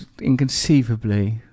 inconceivably